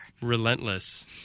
Relentless